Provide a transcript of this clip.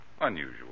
unusual